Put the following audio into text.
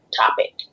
topic